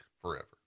forever